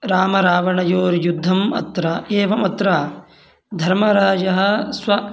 रामरावणयोर्युद्धम् अत्र एवमत्र धर्मरायः स्व